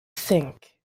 think